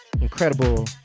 Incredible